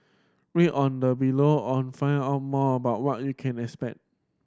read on the below on find out more about what you can expect